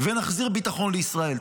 ונחזיר ביטחון לישראל.